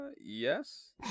yes